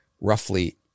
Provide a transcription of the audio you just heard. roughly